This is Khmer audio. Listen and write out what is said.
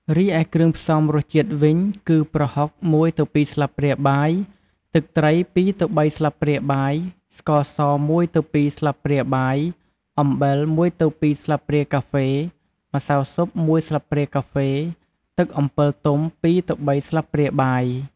រីឯគ្រឿងផ្សំរសជាតិវិញ គឺប្រហុក ១ទៅ២ ស្លាបព្រាបាយ ទឹកត្រី ២ទៅ៣ ស្លាបព្រាបាយ ស្ករស ១ទៅ២ ស្លាបព្រាបាយ អំបិល ១ទៅ២ ស្លាបព្រាកាហ្វេ ម្សៅស៊ុប ១ ស្លាបព្រាកាហ្វេ ទឹកអំពិលទុំ ២ទៅ៣ ស្លាបព្រាបាយ។